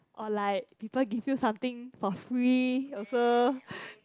or like people give you something for free also